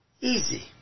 easy